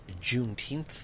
juneteenth